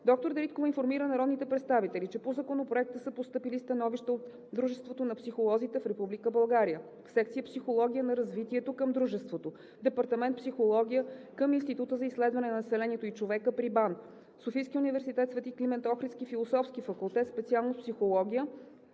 Доктор Дариткова информира народните представители, че по Законопроекта са постъпили становища от Дружеството на психолозите в Република България; секция „Психология на развитието“ към Дружеството; департамент „Психология“ към Института за изследване на населението и човека при БАН; Софийския университет „Свети Климент Охридски“, Философски факултет, специалност „Психология“;